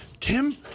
Tim